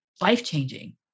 life-changing